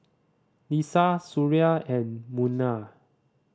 Lisa Suria and Munah